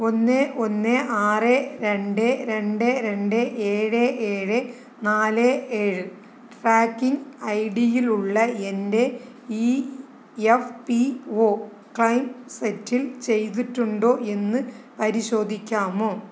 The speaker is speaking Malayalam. ഒന്ന് ഒന്ന് ആറ് രണ്ട് രണ്ട് രണ്ട് ഏഴ് ഏഴ് നാല് ഏഴ് ട്രാക്കിംഗ് ഐടിയിലുള്ള എൻ്റെ ഇഎഫ്പിഒ ക്ലയിം സെറ്റിൽ ചെയ്തിട്ടുണ്ടോ എന്ന് പരിശോധിക്കാമോ